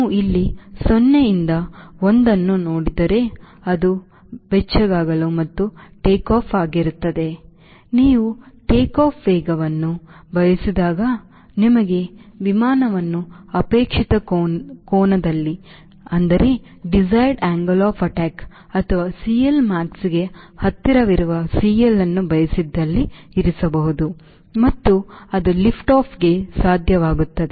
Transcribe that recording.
ನಾನು ಇಲ್ಲಿ 0 ರಿಂದ 1 ಅನ್ನು ನೋಡಿದರೆ ಅದು ಬೆಚ್ಚಗಾಗಲು ಮತ್ತು ಟೇಕ್ಆಫ್ ಆಗಿರುತ್ತದೆ ನೀವು ಟೇಕ್ಆಫ್ ವೇಗವನ್ನು ಬಯಸಿದಾಗ ನಿಮಗೆ ವಿಮಾನವನ್ನು ಅಪೇಕ್ಷಿತ ಕೋನದಲ್ಲಿ ಅಥವಾ CLmaxಗೆ ಹತ್ತಿರವಿರುವ CLಅನ್ನು ಬಯಸಿದಲ್ಲಿ ಇರಿಸಬಹುದು ಮತ್ತು ಅದು Liftoffಗೆ ಸಾಧ್ಯವಾಗುತ್ತದೆ